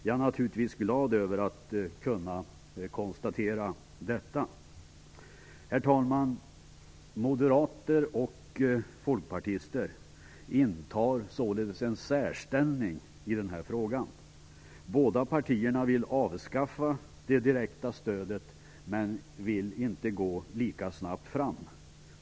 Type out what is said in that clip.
Jag är naturligtvis glad över att kunna konstatera detta. Herr talman! Moderater och folkpartister intar således en särställning i den här frågan. Båda partierna vill avskaffa det direkta stödet, men de vill inte gå lika snabbt fram.